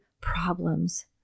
problems